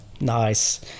Nice